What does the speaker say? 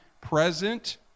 present